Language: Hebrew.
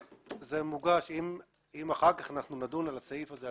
אם אחר כך נדון על הסעיף הזה,